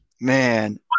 man